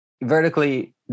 vertically